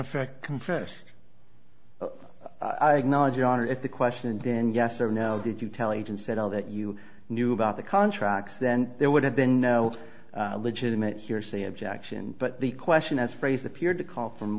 effect confessed i acknowledge your honor if the question then yes or no did you tell agent said all that you knew about the contracts then there would have been no legitimate hearsay objection but the question as phrased appeared to call f